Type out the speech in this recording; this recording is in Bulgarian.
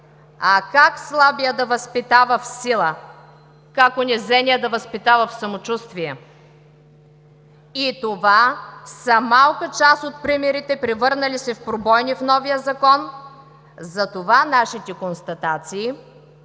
А как слабият да възпитава в сила?! Как унизеният да възпитава в самочувствие?! Това са малка част от примерите, превърнали се в пробойни в новия Закон, затова нашите констатации